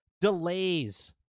delays